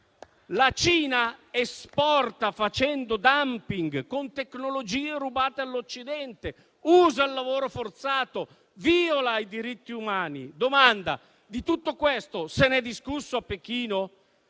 La Cina esporta, facendo *dumping*, con tecnologie rubate all'Occidente, usa il lavoro forzato, viola i diritti umani. Domanda: di tutto questo se n'è discusso a Pechino?